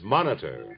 Monitor